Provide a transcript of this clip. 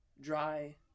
dry